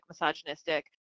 misogynistic